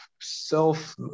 self